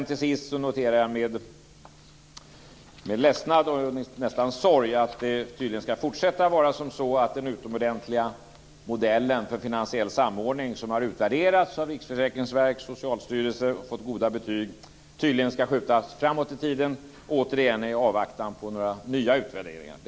Till sist noterar jag med ledsnad och nästan sorg att den utomordentliga modellen för finansiell samordning som har utvärderats av Riksförsäkringsverket och Socialstyrelsen och fått goda betyg tydligen ska skjutas framåt i tiden i avvaktan på några nya utvärderingar.